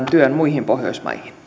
työn muihin pohjoismaihin